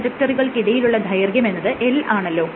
ഈ രണ്ട് ട്രജക്ടറികൾക്കിടയിലുള്ള ദൈർഘ്യമെന്നത് L ആണല്ലോ